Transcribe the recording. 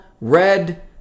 red